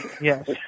yes